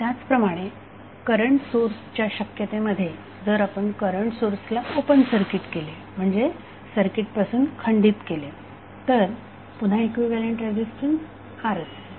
त्याचप्रमाणे करंट सोर्सच्या शक्यते मध्ये जर आपण करंट सोर्सला ओपन सर्किट केले म्हणजे सर्किट पासून खंडित केले तर पुन्हा इक्विव्हॅलेन्ट रेझीस्टन्स R असेल